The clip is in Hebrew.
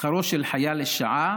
שכרו של חייל לשעה,